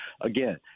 again